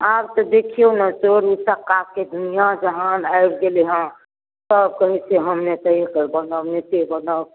आब तऽ देखियौ ने चोर ऊचक्काके दुनिआ जहाँन आबि गेलै हँ सब कहैत छै हम नेते बनब नेता बनब